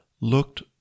looked